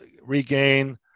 regain